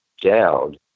down